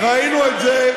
ראינו את זה.